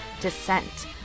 Descent